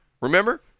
remember